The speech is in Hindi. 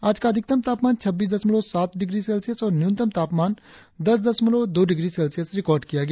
आज का अधिकतम तापमान छब्बीस दशमलव सात डिग्री सेल्सियस और न्यूनतम तापमान दस दशमलव दो डिग्री सेल्सियस रिकार्ड किया गया